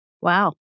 Wow